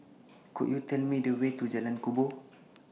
Could YOU Tell Me The Way to Jalan Kubor